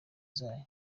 zayo